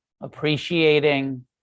Appreciating